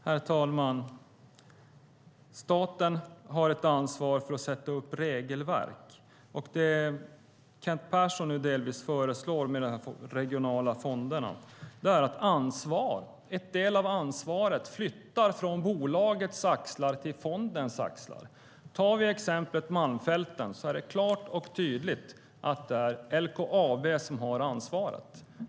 Herr talman! Staten har ett ansvar att sätta upp regelverk. Det Kent Persson delvis föreslår med de regionala fonderna är att en del av ansvaret flyttas från bolagets axlar till fondens axlar. Tar vi exemplet Malmfälten är det klart och tydligt att det är LKAB som har ansvaret.